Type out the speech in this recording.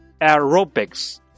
aerobics